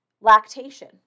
lactation